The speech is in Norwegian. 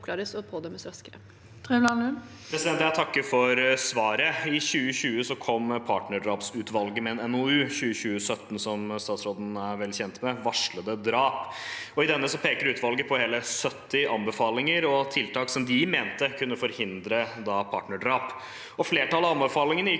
Jeg takker for svaret. I 2020 kom partnerdrapsutvalget med NOU 2020: 17 Varslede drap?, som statsråden er vel kjent med. I denne pekte utvalget på hele 70 anbefalinger og tiltak som de mente kunne forhindre partnerdrap. Flertallet av anbefalingene gikk ut